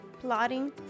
plotting